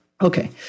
Okay